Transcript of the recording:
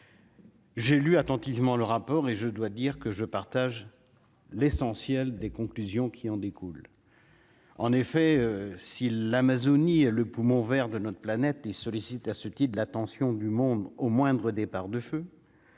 J'ai lu attentivement le rapport et je dois dire que je partage l'essentiel des conclusions qui en découlent. En effet, si l'Amazonie, le poumon Vert de notre planète et sollicite à ce type de l'attention du monde au moindre départs de feu